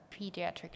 pediatric